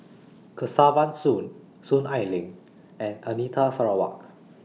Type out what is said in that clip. Kesavan Soon Soon Ai Ling and Anita Sarawak